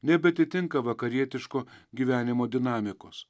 nebeatitinka vakarietiško gyvenimo dinamikos